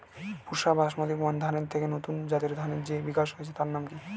পুসা Basmati one ধানের থেকে নতুন জাতের ধানের যে বিকাশ হয়েছে তার নাম কি?